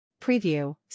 Preview